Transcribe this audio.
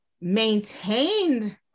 maintained